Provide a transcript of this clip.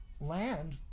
land